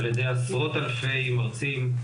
על ידי עשרות אלפי מרצים,